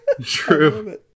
True